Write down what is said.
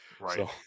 Right